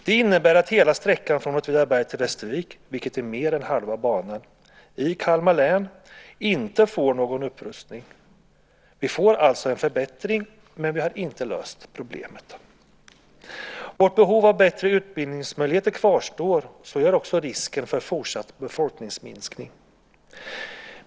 Det innebär att hela sträckan från Åtvidaberg till Västervik, vilket är mer än halva banan, i Kalmar län inte får någon upprustning. Vi får alltså en förbättring, men vi har inte löst problemet. Vårt behov av bättre utbildningsmöjligheter kvarstår. Så gör också risken för fortsatt befolkningsminskning.